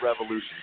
revolution